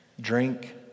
drink